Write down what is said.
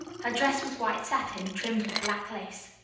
her dress was white satin, trimmed with black lace.